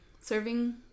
Serving